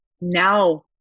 Now